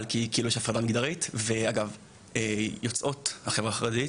שיש הפרדה מגדרית ויוצאות מהחברה החרדית